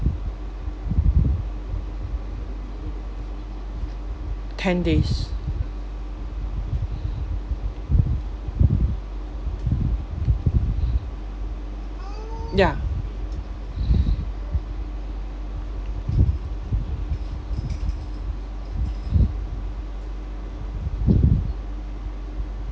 ten days ya